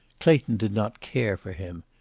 clayton did not care for him,